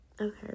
okay